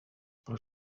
però